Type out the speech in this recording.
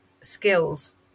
skills